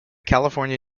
california